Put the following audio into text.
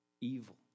evil